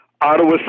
Ottawa